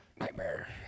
Nightmare